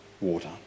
water